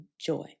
joy